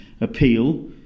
appeal